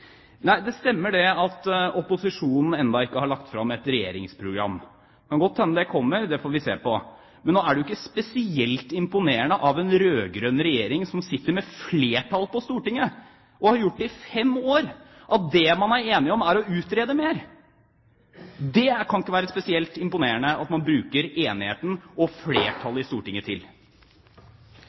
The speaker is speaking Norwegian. Det stemmer at opposisjonen ennå ikke har lagt fram et regjeringsprogram. Det kan godt hende det kommer, det får vi se på. Men nå er det jo ikke spesielt imponerende at det som en rød-grønn regjering – som sitter med flertall på Stortinget, og har gjort det i fem år – er enige om, er å utrede mer. Det kan det ikke være spesielt imponerende at man bruker enigheten og flertallet i Stortinget til.